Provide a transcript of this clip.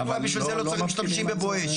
בשביל זה לא צריך להשתמש ב"בואש".